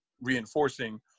reinforcing